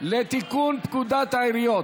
לתיקון פקודת העיריות